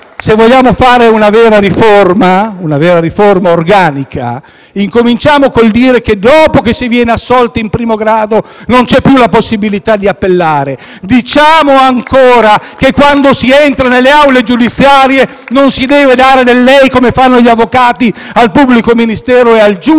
se vogliamo varare una vera riforma organica, incominciamo col dire che dopo che si viene assolti in primo grado non c'è più la possibilità di fare appello. *(Applausi dal Gruppo FI-BP)*. Diciamo ancora che quando si entra nelle aule giudiziarie non si deve dare del lei, come fanno gli avvocati, al pubblico ministero e al giudice,